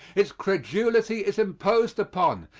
its credulity is imposed upon,